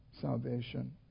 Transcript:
salvation